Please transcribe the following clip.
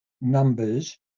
numbers